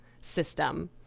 system